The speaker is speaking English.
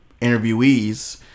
interviewees